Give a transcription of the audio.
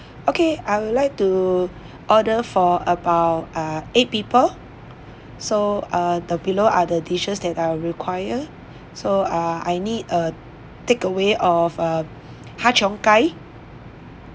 okay I would like to order for about ah eight people so uh the below are the dishes that are require so ah I need a takeaway of uh har cheong gai